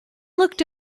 looked